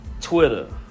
Twitter